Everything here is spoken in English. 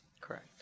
Correct